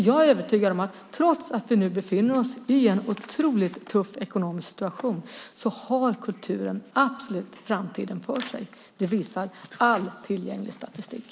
Jag är övertygad om att trots att vi nu befinner oss i en otroligt tuff ekonomisk situation har kulturen absolut framtiden för sig. Det visar all tillgänglig statistik.